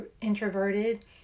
introverted